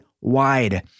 Wide